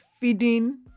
feeding